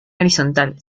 horizontal